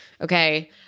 Okay